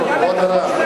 מעניין אצלכם.